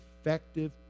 effective